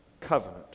covenant